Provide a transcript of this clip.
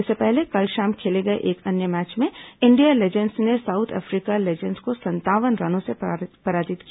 इससे पहले कल शाम खेले गए एक अन्य मैच में इंडिया लीजेंड्स ने साउथ अफ्रीका लीजेंड्स को संतावन रनों से पराजित किया